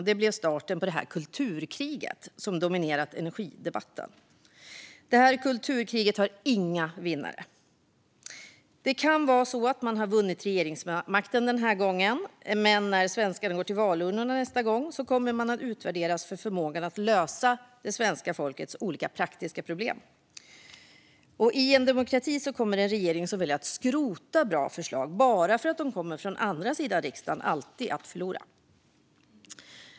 Det blev starten på det kulturkrig som har dominerat energidebatten. Det kulturkriget har inga vinnare. Man må ha vunnit regeringsmakten denna gång, men nästa gång svenskarna går till valurnorna kommer man att utvärderas för förmågan att lösa svenska folkets olika praktiska problem. I en demokrati kommer en regering som väljer att skrota bra förslag, bara för att de kommer från den andra sidan av riksdagen, alltid att förlora.